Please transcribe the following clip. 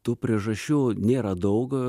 tų priežasčių nėra daug